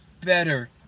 better